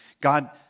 God